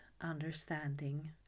understanding